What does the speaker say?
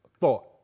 thought